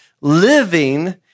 Living